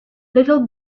little